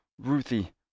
Ruthie